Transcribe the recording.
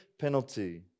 penalty